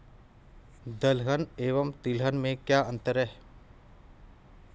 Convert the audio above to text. दलहन एवं तिलहन में क्या अंतर है?